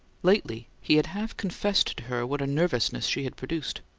lately, he had half confessed to her what a nervousness she had produced.